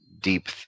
deep